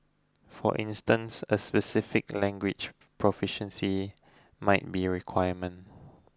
for instance a specific language proficiency might be a requirement